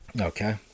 Okay